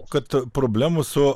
kad problemų su